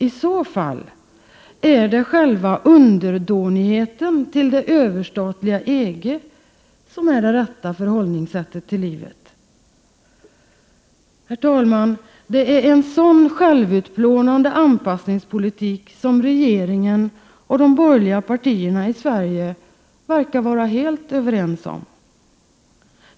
I så fall är det själva underdånigheten till det överstatliga EG som är det rätta förhållningssättet till livet. Herr talman! Det är en sådan självutplånande anpassningspolitik som regeringen och de borgerliga partierna i Sverige verkar vara helt överens om.